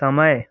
समय